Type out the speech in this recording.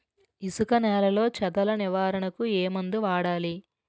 ఇసుక నేలలో చదల నివారణకు ఏ మందు వాడాలి?